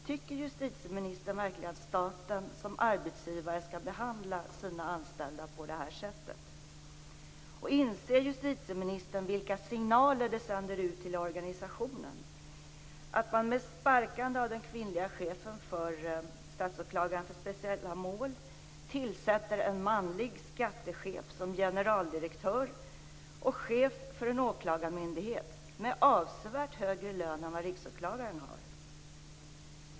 Tycker justitieministern verkligen att staten som arbetsgivare skall behandla sina anställda på det här sättet? Inser justitieministern vilka signaler det sänder ut till organisationen att man med sparkande av den kvinnliga chefen för statsåklagaren för speciella mål tillsätter en manlig skattechef som generaldirektör och chef för en åklagarmyndighet med avsevärt högre lön än vad Riksåklagaren har?